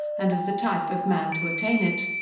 and of the type of man to attain it.